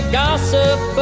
gossip